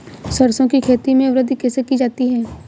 सरसो की खेती में वृद्धि कैसे की जाती है?